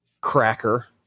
Cracker